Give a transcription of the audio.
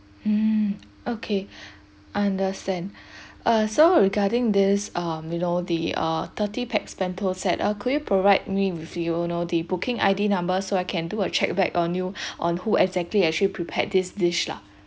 mm okay understand uh so regarding this um you know the uh thirty pax bento set uh could you provide me with you know the booking I_D number so I can do a check back on you on who exactly actually prepared this dish lah